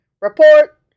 report